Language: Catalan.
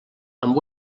amb